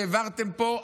מה שהעברתם פה,